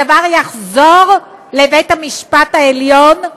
הדבר יחזור לבית המשפט העליון,